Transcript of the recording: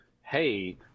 hey